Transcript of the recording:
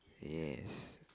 yes